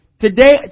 Today